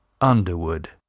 Underwood